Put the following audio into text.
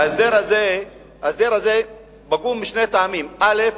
ההסדר הזה פגום משני טעמים: א.